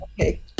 okay